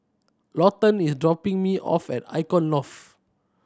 Lawton is dropping me off at Icon Loft